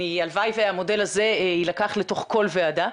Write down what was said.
הלוואי שהמודל הזה יילקח לתוך כל ועדה.